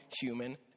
human